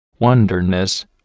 wonderness